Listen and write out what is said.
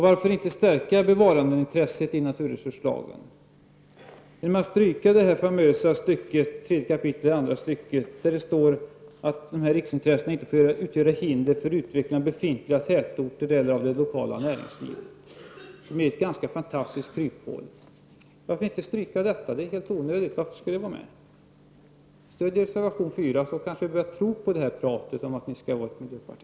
Varför inte stärka bevarandeintresset i naturresurslagen genom att stryka det famösa stycket — 3 kap. 18 andra stycket — där det står att riksintressena inte får utgöra hinder för utveckling av befintliga tätorter eller av det lokala näringslivet? Det är ett ganska fantastiskt kryphål. Varför inte stryka denna mening? Den är helt onödig. Stöd reservation 4! Då börjar vi kanske tro på talet om att ni skall vara ett miljöparti.